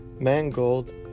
Mangold